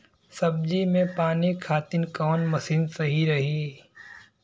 सब्जी में पानी खातिन कवन मशीन सही रही?